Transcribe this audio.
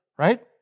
Right